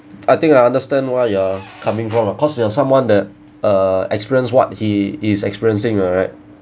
I think I understand where you're coming from because you are someone that uh experience what he is experiencing right